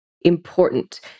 important